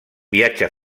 viatge